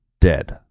dead